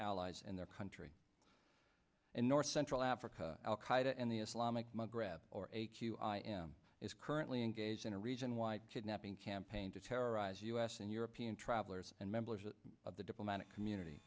allies in their country and north central africa al qaida and the islamic magreb or a q i am is currently engaged in a region wide kidnapping campaign to terrorize us and european travelers and members of the diplomatic community